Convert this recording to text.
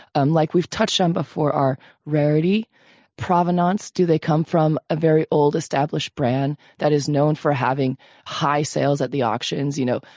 unlike we've touched on before, our rarity provenance. do they come from a very old established brand that is known for having high sales at the auctions? you know,